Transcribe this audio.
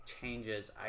changes